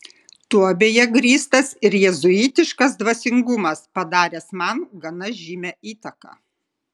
tuo beje grįstas ir jėzuitiškas dvasingumas padaręs man gana žymią įtaką